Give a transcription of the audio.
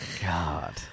God